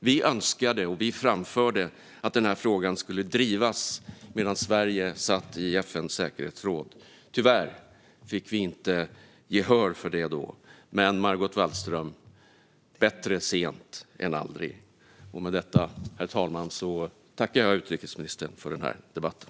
Vi önskade och framförde att den här frågan skulle drivas medan Sverige satt i FN:s säkerhetsråd. Tyvärr fick vi inte gehör för det då, men bättre sent än aldrig, Margot Wallström. Med detta, herr talman, vill jag tacka utrikesministern för debatten.